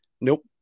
Nope